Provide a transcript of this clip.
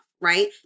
right